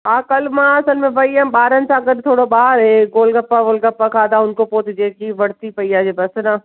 हा कल्हि मां असल में वेई हुअमि ॿारनि सां गॾु थोरो ॿाहिरि ऐं गोलगप्पा वोलगप्पा खाधा हुन खां पोइ त जेकी वरिती पेई आहे जंहिं बसि न